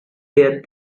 there